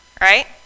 right